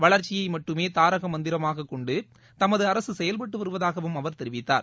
வளர்ச்சினய மட்டுமே தாரக மந்திரமாகக் கொண்டு தமது அரசு செயல்பட்டு வருவதாகவும் அவர் தெரிவித்தார்